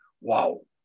Wow